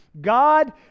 God